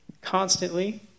constantly